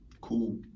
cool